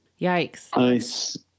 Yikes